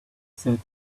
said